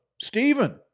Stephen